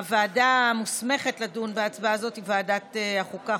הוועדה המוסמכת לדון בהצעה הזאת היא ועדת החוקה,